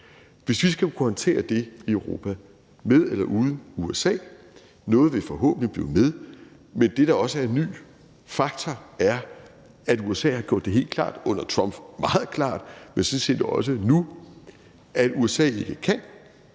at vi skal kunne håndtere det i Europa med eller uden USA. Noget vil forhåbentlig blive med USA, men det, der også er en ny faktor, er, at USA har gjort det helt klart – under Trump meget klart, men sådan set også nu – at USA ikke kan